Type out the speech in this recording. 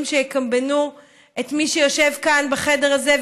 שיקמבנו את מי שיושב כאן בחדר הזה,